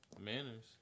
manners